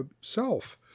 self